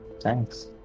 thanks